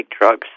drugs